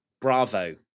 bravo